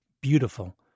beautiful